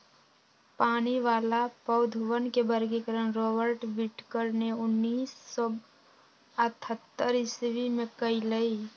पानी वाला पौधवन के वर्गीकरण रॉबर्ट विटकर ने उन्नीस सौ अथतर ईसवी में कइलय